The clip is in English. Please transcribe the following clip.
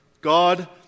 God